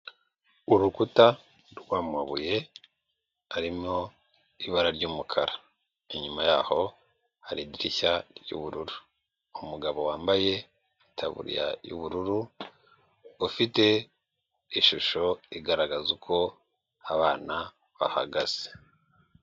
Urukuta rw'amabuye arimo ibara ry'umukara, inyuma yaho hari idirishya ry'ubururu umugabo wambaye itaburiya y'ubururu ufite ishusho igaragaza uko abana bahagaze.